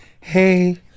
Hey